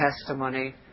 testimony